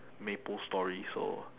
maplestory so